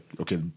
okay